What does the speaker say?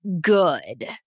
good